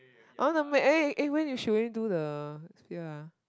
I want to make eh eh when we should we do the sphere ah